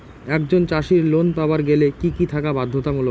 একজন চাষীর লোন পাবার গেলে কি কি থাকা বাধ্যতামূলক?